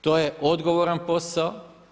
To je odgovoran posao.